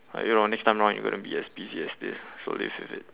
uh you know next time round you gonna be as busy as this so live with it